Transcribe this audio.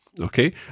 okay